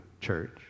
Church